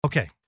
Okay